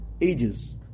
ages